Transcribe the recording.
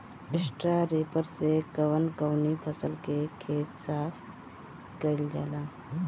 Straw reaper से कवन कवनी फसल के खेत साफ कयील जाला?